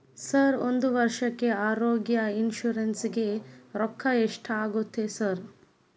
Sir ಒಂದು ವರ್ಷಕ್ಕೆ ಆರೋಗ್ಯ ಇನ್ಶೂರೆನ್ಸ್ ಗೇ ರೊಕ್ಕಾ ಎಷ್ಟಾಗುತ್ತೆ ಸರ್?